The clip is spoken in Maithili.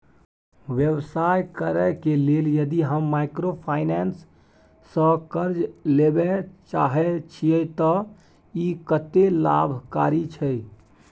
व्यवसाय करे के लेल यदि हम माइक्रोफाइनेंस स कर्ज लेबे चाहे छिये त इ कत्ते लाभकारी छै?